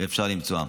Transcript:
ואפשר למצוא.